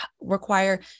require